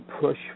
push